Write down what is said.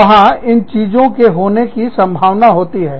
वहां इन चीजों के होने की संभावना होती है